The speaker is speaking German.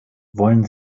wollen